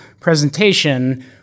presentation